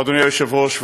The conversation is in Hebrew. אדוני היושב-ראש.